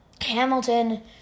Hamilton